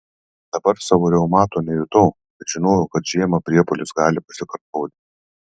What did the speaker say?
dabar savo reumato nejutau bet žinojau kad žiemą priepuolis gali pasikartoti